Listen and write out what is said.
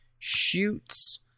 shoots